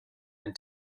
and